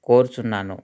కోరుచున్నాను